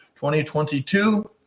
2022